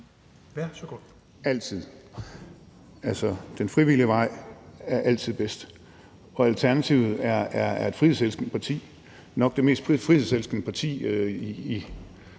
Altid. Altså, den frivillige vej er altid bedst, og Alternativet er et frihedselskende parti, nok det mest frihedselskende parti